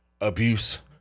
abuse